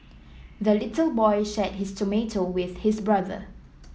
the little boy shared his tomato with his brother